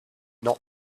not